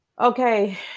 Okay